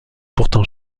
pourtant